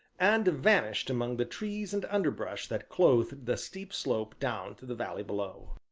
and vanished among the trees and underbrush that clothed the steep slope down to the valley below.